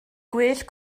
gwell